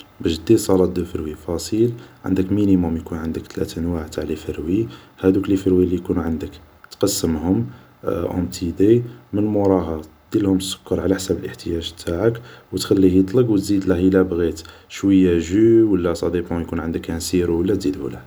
باش دير صالاد دو فروي فاصيل عندك مينيموم يكون عندك ثلاث انواع تاع ليفروي هادوك ليفروي لي يكونو عندك تقسمهم اون بتي دي من موراها ديرلهم سكر على حساب الاحتياج تاعك وتخليه يطلق وتزيدله يلا بغيت شوية جو ولا ساديبون يكون عندك سيرو ولا تزيدهوله